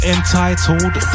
Entitled